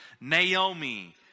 Naomi